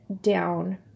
down